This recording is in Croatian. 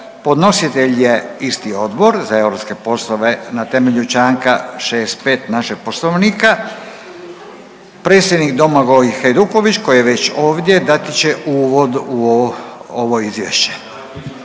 Podnositelj je isti Odbor za europske poslove na temelju Članka 65. našeg Poslovnika. Predsjednik Domagoj Hajduković koji je već ovdje dati će uvod u ovo izvješće.